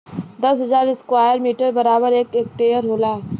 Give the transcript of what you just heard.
दस हजार square metre बराबर एक हेक्टेयर होला